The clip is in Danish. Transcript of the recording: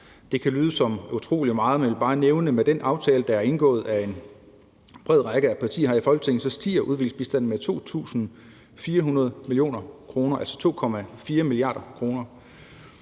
Det kan lyde som utrolig meget, men jeg vil bare nævne, at med den aftale, der er indgået af en bred række af partier her i Folketinget, stiger udviklingsbistanden med 2,4 mia. kr. Det sætter